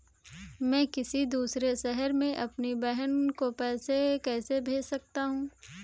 मैं किसी दूसरे शहर से अपनी बहन को पैसे कैसे भेज सकता हूँ?